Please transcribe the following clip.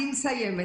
אני מסיימת.